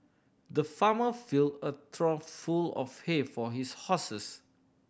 the farmer filled a trough full of hay for his horses